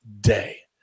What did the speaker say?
day